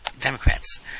Democrats